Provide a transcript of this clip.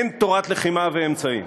אין תורת לחימה ואמצעים.